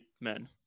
men